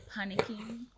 panicking